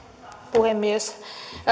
puhemies